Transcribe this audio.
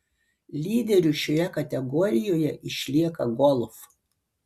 lyderiu šioje kategorijoje išlieka golf